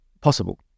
possible